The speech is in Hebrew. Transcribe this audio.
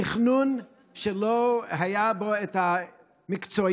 בתכנון שלא היו בו המקצועיות,